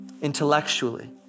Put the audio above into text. Intellectually